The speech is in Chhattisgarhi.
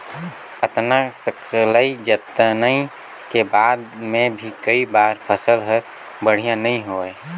अतना सकलई जतनई के बाद मे भी कई बार फसल हर बड़िया नइ होए